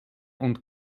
und